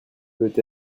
peut